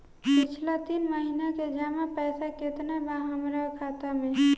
पिछला तीन महीना के जमा पैसा केतना बा हमरा खाता मे?